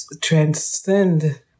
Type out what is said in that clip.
transcend